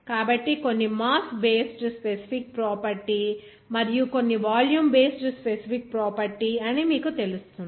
కాబట్టి కొన్ని mass based specific property మరియు కొన్ని వాల్యూమ్ బేస్డ్ స్పెసిఫిక్ ప్రాపర్టీ అని మీకు తెలుస్తుంది